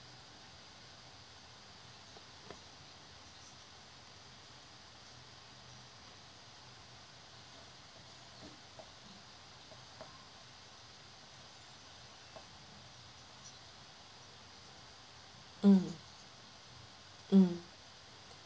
mm mm